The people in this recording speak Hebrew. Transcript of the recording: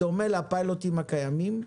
בדומה לפיילוטים הקיימים,